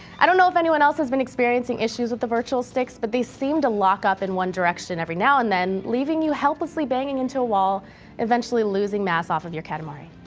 i don't know if anyone else has been experiencing issues with the virtual sticks, but these seem to lock up in one direction every now and then leaving your helplessly banging into walls eventually losing mass off of your katamari.